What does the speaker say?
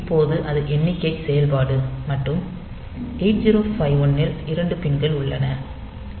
இப்போது அது எண்ணிக்கை செயல்பாடு மற்றும் 8051 இல் 2 பின்கள் உள்ளன